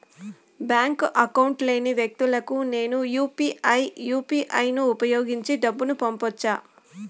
Bank account లేని వ్యక్తులకు నేను యు పి ఐ యు.పి.ఐ ను ఉపయోగించి డబ్బు పంపొచ్చా?